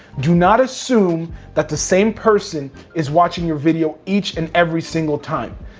do not assume that the same person is watching your video each and every single time,